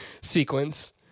sequence